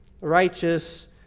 righteous